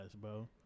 bro